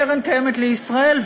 קרן קיימת לישראל,